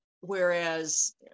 whereas